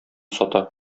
сата